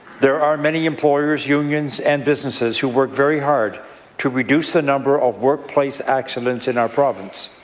there are many employers, unions, and businesses who work very hard to reduce the number of workplace accidents in our province,